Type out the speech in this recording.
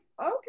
okay